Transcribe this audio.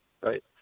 right